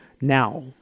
now